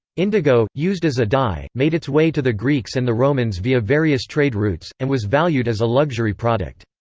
indigo, used as a dye, made its way to the greeks and the romans via various trade routes, and was valued as a luxury product.